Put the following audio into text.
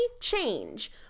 change